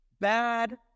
Bad